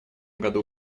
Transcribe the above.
году